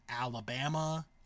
Alabama